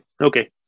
Okay